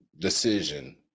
decision